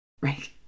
right